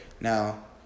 Now